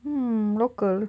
mm local